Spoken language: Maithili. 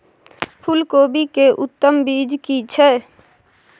फूलकोबी के उत्तम बीज की छै?